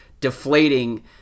deflating